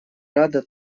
рада